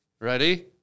Ready